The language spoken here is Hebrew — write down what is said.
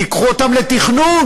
קחו אותם לתכנון.